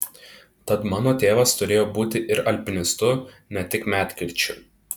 tad mano tėvas turėjo būti ir alpinistu ne tik medkirčiu